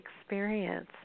experience